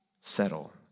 settle